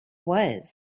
was